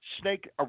snake